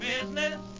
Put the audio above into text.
business